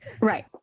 Right